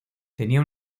tenían